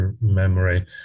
memory